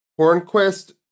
Hornquist